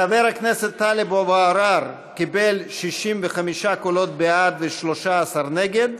חבר הכנסת טלב אבו עראר קיבל 65 קולות בעד ו-13 נגד,